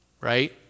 right